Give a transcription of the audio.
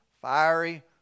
fiery